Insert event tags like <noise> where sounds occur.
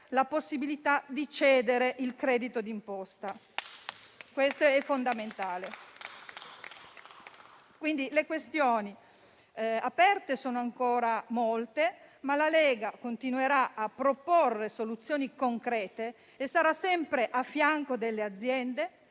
la possibilità di cedere il credito di imposta. Questo è fondamentale. <applause> Le questioni aperte, dunque, sono ancora molte, ma la Lega continuerà a proporre soluzioni concrete e sarà sempre a fianco delle aziende